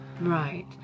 Right